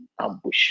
ambush